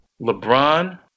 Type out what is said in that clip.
LeBron